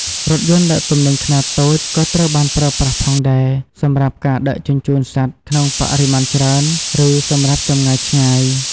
រថយន្តដឹកទំនិញខ្នាតតូចក៏ត្រូវបានប្រើប្រាស់ផងដែរ សម្រាប់ការដឹកជញ្ជូនសត្វក្នុងបរិមាណច្រើន ឬសម្រាប់ចម្ងាយឆ្ងាយ។